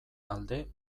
alde